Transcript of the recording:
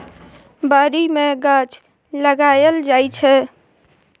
बारी मे गाछ लगाएल जाइ छै